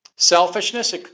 Selfishness